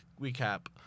recap